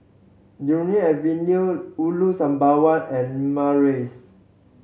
Avenue Ulu Sembawang and Limau Rise